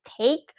take